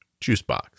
juicebox